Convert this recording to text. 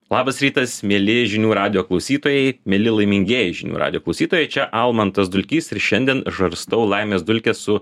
labas rytas mieli žinių radijo klausytojai mieli laimingieji žinių radijo klausytojai čia almantas dulkys ir šiandien žarstau laimės dulkes su